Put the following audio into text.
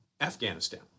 Afghanistan